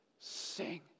Sing